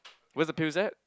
where's the pills at